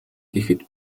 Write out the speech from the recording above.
гэхэд